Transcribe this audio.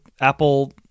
Apple